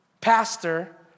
pastor